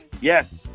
yes